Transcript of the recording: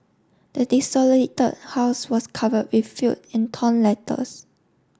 the desolated house was cover in few and torn letters